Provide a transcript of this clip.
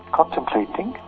contemplating